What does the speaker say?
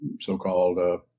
so-called